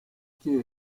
que